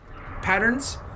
patterns